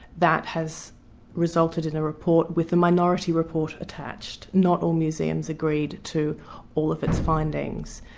that has resulted in a report with the minority report attached. not all museums agreed to all of its findings.